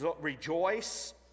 rejoice